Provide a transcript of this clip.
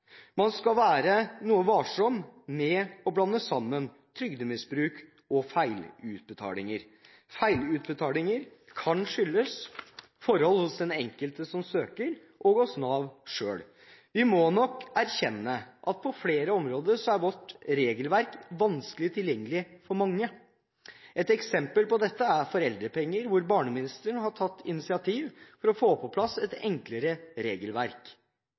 Man skal være noe varsom med å blande sammen trygdemisbruk og feilutbetalinger. Feilutbetalinger kan skyldes forhold hos den enkelte som søker og hos Nav selv. Vi må nok erkjenne at på flere områder er vårt regelverk vanskelig tilgjengelig for mange. Et eksempel på dette er foreldrepenger. Barneministeren har tatt initiativ for å få på plass et enklere regelverk.